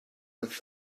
with